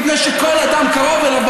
מפני שכל אדם קרוב אליו,